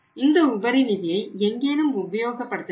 இந்த உபரி நிதியை எங்கேனும் உபயோகப்படுத்தவேண்டும்